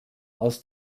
aus